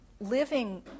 living